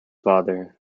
father